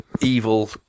evil